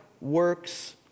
works